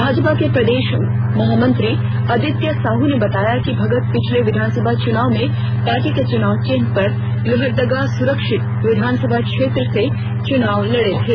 भाजपा के प्रदेश महामंत्री आदित्य साह ने बताया कि भगत पिछले विधानसभा चुनाव में पार्टी के चुनाव चिन्ह पर लोहरदगा सुरक्षित विधानसभा क्षेत्र से चुनाव लड़े थे